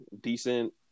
Decent